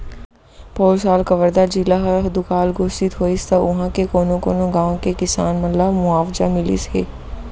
पउर साल कवर्धा जिला ह दुकाल घोसित होइस त उहॉं के कोनो कोनो गॉंव के किसान मन ल मुवावजा मिलिस हे